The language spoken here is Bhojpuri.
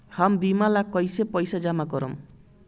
हम बीमा ला कईसे पईसा जमा करम?